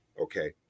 okay